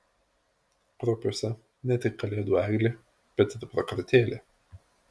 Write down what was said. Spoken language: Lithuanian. kruopiuose ne tik kalėdų eglė bet ir prakartėlė